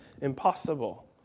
impossible